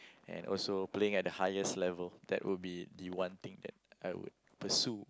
and also playing at the highest level that would be the one thing that I would pursue